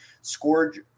scored